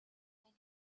when